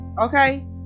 Okay